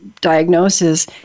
diagnosis